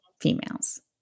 females